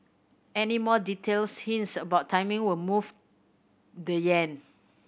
any more details hints about timing will move the yen